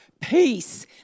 peace